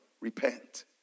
repent